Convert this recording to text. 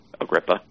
Agrippa